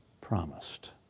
promised